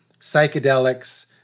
psychedelics